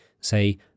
Say